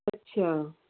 ਅੱਛਾ